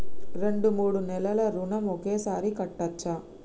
రెండు మూడు నెలల ఋణం ఒకేసారి కట్టచ్చా?